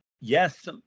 yes